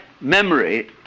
memory